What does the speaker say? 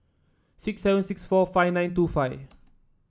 six seven six four five nine two five